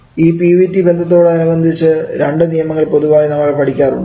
ഈ P v T ബന്ധത്തോട് അനുബന്ധിച്ച് 2 നിയമങ്ങൾ പൊതുവായി നമ്മൾ പഠിക്കാറുണ്ട്